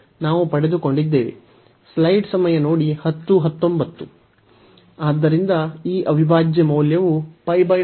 ಆದ್ದರಿಂದ ಈ ಅವಿಭಾಜ್ಯ ಮೌಲ್ಯವು π 4 a